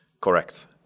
Correct